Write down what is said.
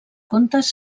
contes